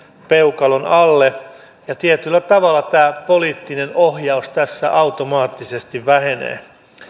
peukalon alle ja tietyllä tavalla tämä poliittinen ohjaus tässä automaattisesti vähenee